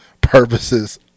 purposes